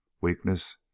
Weakness